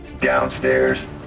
downstairs